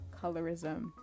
colorism